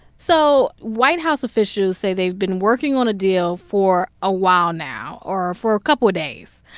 so white house officials say they've been working on a deal for a while now or for a couple days.